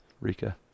Rika